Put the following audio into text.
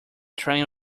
train